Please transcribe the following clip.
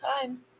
time